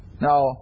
Now